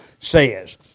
says